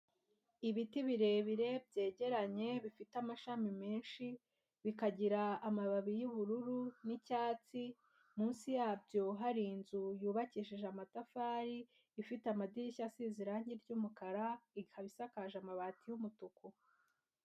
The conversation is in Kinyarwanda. Ibiti birebire byegeranye, bifite amashami menshi, bikagira amababi y'ubururu n'icyatsi, munsi yabyo hari inzu yubakishije amatafari, ifite amadirishya asize irangi ry'umukara, ikaba isakaje amabati y'umutuku.